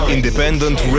Independent